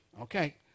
Okay